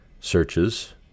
searches